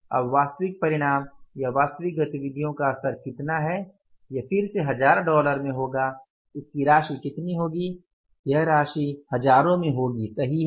अब वास्तविक परिणाम या वास्तविक गतिविधियों का स्तर कितना है यह फिर से हज़ार डॉलर में होगा इसकी राशि कितनी होगी यह राशि हजारों में होगी सही है